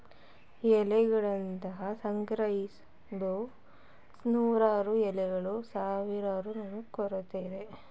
ಎಲೆಯಗಳಿಂದ ಸಂಗ್ರಹಿಸಲಾದ ನಾರುಗಳನ್ನು ಎಲೆ ನಾರು ಎಂದು ಕರೀತಾರೆ